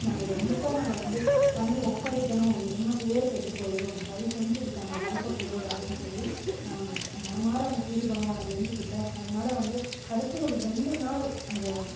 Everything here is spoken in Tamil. நாங்கள் இதை முழுசாக நாங்கள் வந்து பண்ணி ஒப்படைக்கணும் இல்லைனா பெயரு கெட்டு போயிடும் தயவு செஞ்சு இதுக்கான வாய்ப்பை கொடு அப்படின்னு சொல்லி நான் மனமார அந்த சூரிய பகவானை வேண்டிக்கிட்டேன் அதனால் வந்து கடைசி ஒரு ரெண்டு நாள் அந்த